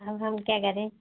अब हम क्या करें